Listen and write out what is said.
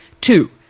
Two